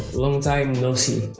long time no see.